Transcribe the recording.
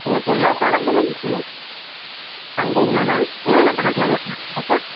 உங்களுக்கு எல்லா ப்ராடக்ட்டுமே கொடுக்குறோம் வாங்கிறிங்களா மேம் என்னென்ன ப்ராடக்டெலாம் வேணும் மேம் உங்களுக்கு